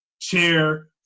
chair